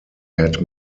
had